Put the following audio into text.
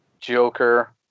joker